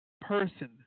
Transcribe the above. person